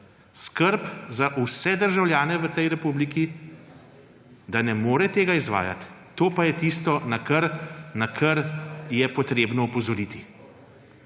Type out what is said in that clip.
skrb za vse državljane v tej republiki, da ne more tega izvajati; to pa je tisto, na kar je treba opozoriti.